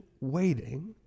waiting